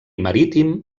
marítim